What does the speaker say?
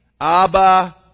Abba